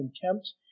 contempt